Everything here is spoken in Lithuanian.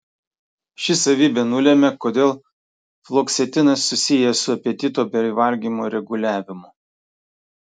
ši savybė nulemia kodėl fluoksetinas susijęs su apetito bei valgymo reguliavimu